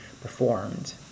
performed